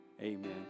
Amen